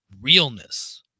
realness